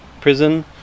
prison